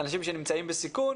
אנשים שנמצאים בסיכון